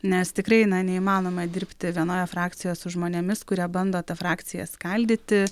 nes tikrai neįmanoma dirbti vienoje frakcijoje su žmonėmis kurie bando tą frakciją skaldyti